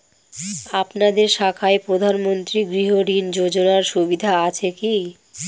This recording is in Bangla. আপনাদের শাখায় প্রধানমন্ত্রী গৃহ ঋণ যোজনার সুবিধা আছে কি?